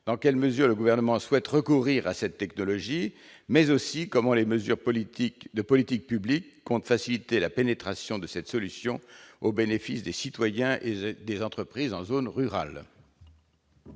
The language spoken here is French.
dans quelle mesure le Gouvernement souhaite recourir à cette technologie, mais aussi comment les mesures de politiques publiques pourront faciliter la pénétration de cette solution en zone rurale au bénéfice des citoyens et des entreprises ? La parole